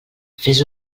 fes